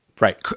Right